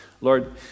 Lord